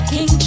King